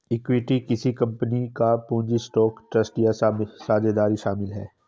equity किसी company का पूंजी स्टॉक ट्रस्ट या साझेदारी शामिल है